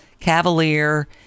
Cavalier